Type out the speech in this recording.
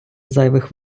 зайвих